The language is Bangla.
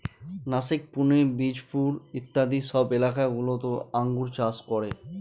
নাসিক, পুনে, বিজাপুর ইত্যাদি সব এলাকা গুলোতে আঙ্গুর চাষ করে